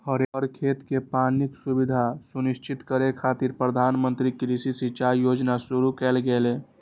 हर खेत कें पानिक सुविधा सुनिश्चित करै खातिर प्रधानमंत्री कृषि सिंचाइ योजना शुरू कैल गेलै